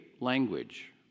language